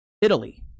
Italy